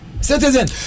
citizen